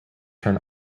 turn